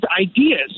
ideas